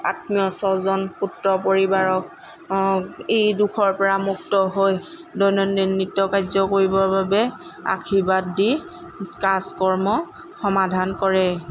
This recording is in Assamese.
আত্মীয় স্বজন পুত্ৰ পৰিবাৰক এই দুখৰ পৰা মুক্ত হৈ দৈনন্দিন নিত্য কাৰ্য্য কৰিবৰ বাবে আৰ্শীবাদ দি কাজ কৰ্ম সমাধান কৰে